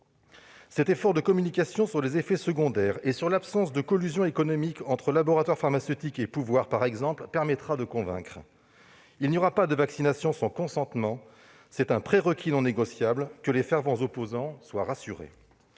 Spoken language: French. Cet effort de communication sur les effets secondaires et sur l'absence de collusion économique entre les laboratoires pharmaceutiques et le pouvoir, par exemple, permettra de convaincre. Il n'y aura pas de vaccination sans consentement ; c'est un prérequis non négociable : que les fervents opposants soient rassurés